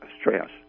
stress